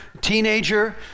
teenager